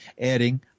adding